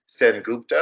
Sengupta